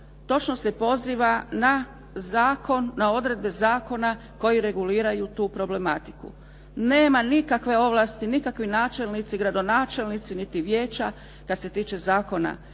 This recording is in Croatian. točno se poziva na zakon, na odredbe zakone koji reguliraju tu problematiku. Nema nikakve ovlasti, nikakvi načelnici, gradonačelnici niti vijeća kada se tiče zakona.